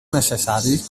necessaris